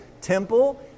temple